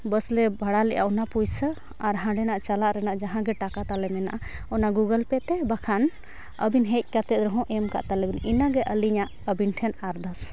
ᱵᱟᱥᱞᱮ ᱵᱷᱟᱲᱟ ᱞᱮᱫᱼᱟ ᱚᱱᱟ ᱯᱩᱭᱥᱟᱹ ᱟᱨ ᱦᱟᱸᱰᱮᱱᱟᱜ ᱪᱟᱞᱟᱜ ᱨᱮᱱᱟᱜ ᱡᱟᱦᱟᱸ ᱜᱮ ᱴᱟᱠᱟ ᱛᱟᱞᱮ ᱢᱮᱱᱟᱜᱼᱟ ᱚᱱᱟ ᱜᱩᱜᱳᱞ ᱯᱮᱹ ᱛᱮ ᱵᱟᱠᱷᱟᱱ ᱟᱵᱤᱱ ᱦᱮᱡ ᱠᱟᱛᱮᱫ ᱨᱮᱦᱚᱸ ᱮᱢ ᱠᱟᱜ ᱛᱟᱞᱮᱵᱮᱱ ᱤᱱᱟᱹᱜᱮ ᱟᱞᱤᱧᱟᱜ ᱟᱵᱤᱱ ᱴᱷᱮᱱ ᱟᱨᱫᱟᱥ